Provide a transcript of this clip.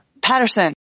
Patterson